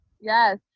yes